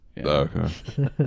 okay